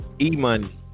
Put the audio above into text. e-money